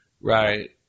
right